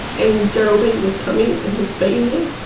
and geraldine was coming and just being there,